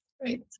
Great